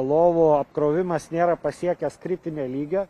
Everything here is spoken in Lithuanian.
lovų apkrovimas nėra pasiekęs kritinio lygio